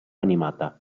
animata